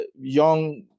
young